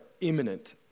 imminent